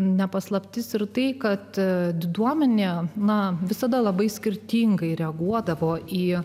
ne paslaptis ir tai kad diduomenė na visada labai skirtingai reaguodavo į